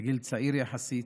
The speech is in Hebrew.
זה גיל צעיר יחסית.